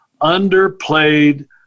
underplayed